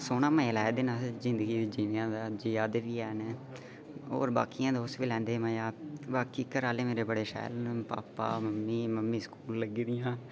सोह्ना मज़ा लै दे अस जिंदगी जीआ दे बी है'न होर बाकी दोस्त बी लैंदे मज़ा बाकी घरा आह्ले मेरे बड़े शैल न भापा मम्मी स्कूल लग्गी दियां ते